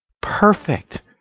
perfect